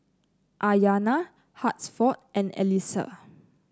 Aryana Hansford and Alisa